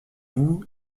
vous